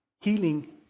healing